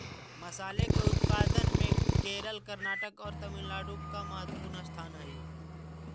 मसाले के उत्पादन में केरल कर्नाटक और तमिलनाडु का महत्वपूर्ण स्थान हई